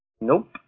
Nope